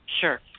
Sure